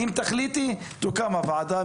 אם תחליטי תוקם הוועדה.